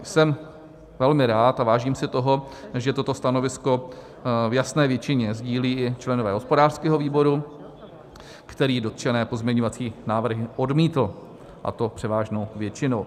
Jsem velmi rád a vážím si toho, že toto stanovisko v jasné většině sdílí i členové hospodářského výboru, který dotčené pozměňovací návrhy odmítl, a to převážnou většinou.